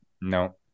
No